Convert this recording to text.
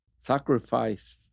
sacrifice